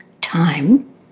time